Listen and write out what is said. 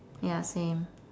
ya same